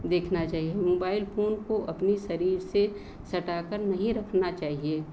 देखना चाहिए mobile phone को अपने शरीर से सटा कर नहीं रखना चाहिए